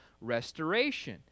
restoration